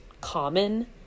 common